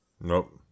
Nope